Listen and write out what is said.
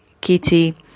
kitty